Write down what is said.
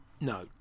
No